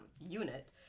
unit